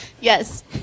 Yes